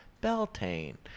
Beltane